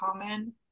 common